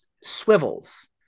swivels